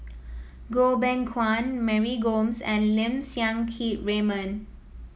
Goh Beng Kwan Mary Gomes and Lim Siang Keat Raymond